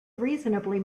reasonably